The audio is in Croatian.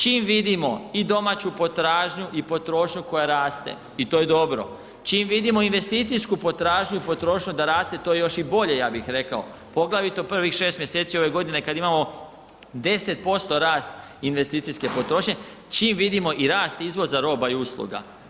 Čim vidimo i domaću potražnju i potrošnju koja raste i to je dobro, čim vidimo investicijsku potražnju i potrošnju da raste to je još i bolje ja bih rekao, poglavito prvih 6 mjeseci ove godine kad imamo 10% rast investicijske potrošnje čim vidimo i rast izvoza roba i usluga.